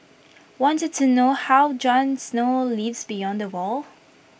want to know how Jon snow lives beyond the wall